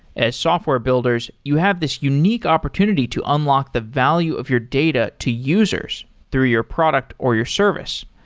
as software builders, you have this unique opportunity to unlock the value of your data to users through your product or your service.